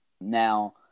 Now